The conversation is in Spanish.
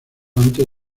antes